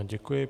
Děkuji.